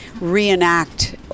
reenact